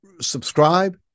subscribe